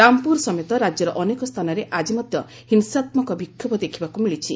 ରାମପୁର ସମେତ ରାଜ୍ୟର ଅନେକ ସ୍ଥାନରେ ଆଜି ମଧ୍ୟ ହିଂସାତ୍ଶକ ବିକ୍ଷୋଭ ଦେଖିବାକୁ ମିଳିଛି